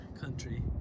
country